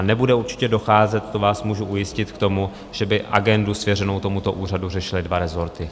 Nebude určitě docházet, to vás můžu ujistit, k tomu, že by agendu svěřenou tomuto úřadu řešily dva rezorty.